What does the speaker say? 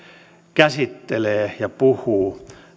käsittelee venäjän tilaa ja puhuu